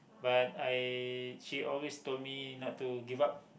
but I she always told me not to give up